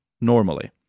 normally